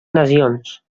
nacions